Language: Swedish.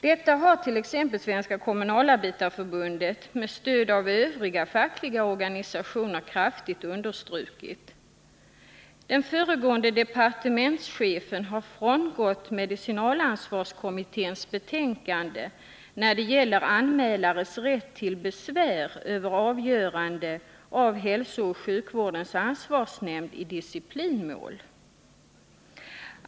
Detta har t.ex. Svenska kommunalarbetareförbundet, med stöd av övriga fackliga organisationer, kraftigt understrukit. Den föregående departementschefen har frångått medicinalansvarskommitténs betänkande när det gäller anmälares rätt till besvär över avgörande av hälsooch sjuvårdens ansvarsnämnd i disciplinmål.